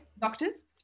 doctors